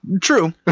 True